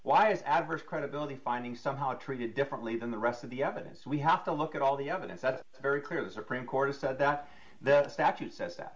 is adverse credibility finding somehow treated differently than the rest of the evidence we have to look at all the evidence that's very clear the supreme court has said that the statute says that